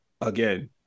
again